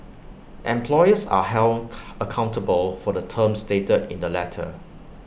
employers are held accountable for the terms stated in the letter